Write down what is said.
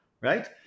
right